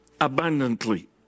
abundantly